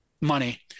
money